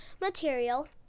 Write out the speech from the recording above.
material